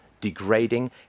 degrading